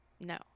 No